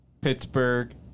Pittsburgh